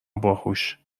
باهوش